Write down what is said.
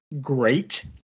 great